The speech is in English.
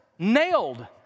nailed